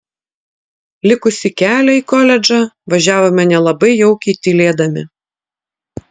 likusį kelią į koledžą važiavome nelabai jaukiai tylėdami